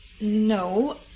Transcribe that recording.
No